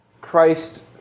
Christ